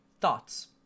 Thoughts